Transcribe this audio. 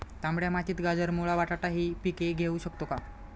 तांबड्या मातीत गाजर, मुळा, बटाटा हि पिके घेऊ शकतो का?